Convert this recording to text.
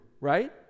right